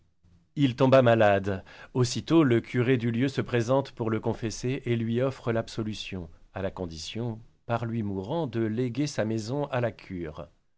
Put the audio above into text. il tomba malade aussitôt le curé du lieu se présente pour le confesser et lui offre l'absolution à la condition par lui mourant de léguer sa maison à la cure